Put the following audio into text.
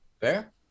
Fair